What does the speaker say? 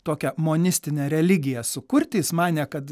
tokią monistinę religiją sukurti jis manė kad